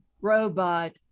robot